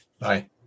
Bye